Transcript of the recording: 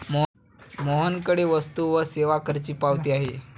मोहनकडे वस्तू व सेवा करची पावती आहे